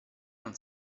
non